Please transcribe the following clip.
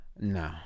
No